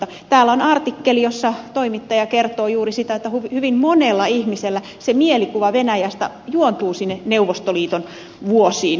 täällä on artikkeli jossa toimittaja kertoo juuri siitä että hyvin monella ihmisellä se mielikuva venäjästä juontuu niistä neuvostoliiton vuosista